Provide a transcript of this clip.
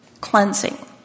cleansing